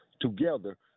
together